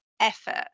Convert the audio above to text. effort